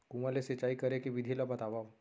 कुआं ले सिंचाई करे के विधि ला बतावव?